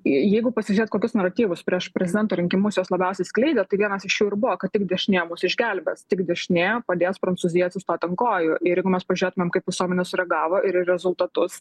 jeigu pasižiūrėt kokius naratyvus prieš prezidento rinkimus jos labiausiai skleidė tai vienas iš jų ir buvo dešinė mus išgelbės tik dešinė padės prancūzija atsistot ant kojų ir jeigu mes pažiūrėtumėm kaip visuomenė sureagavo ir į rezultatus